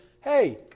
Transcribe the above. hey